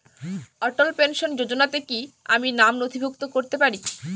অটল pension যোজনাতে কি আমি নাম নথিভুক্ত করতে পারবো?